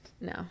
No